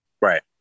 Right